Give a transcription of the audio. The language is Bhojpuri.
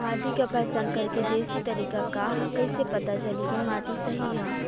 माटी क पहचान करके देशी तरीका का ह कईसे पता चली कि माटी सही ह?